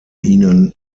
ihnen